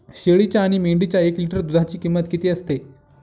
शेळीच्या आणि मेंढीच्या एक लिटर दूधाची किंमत किती असते?